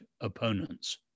opponents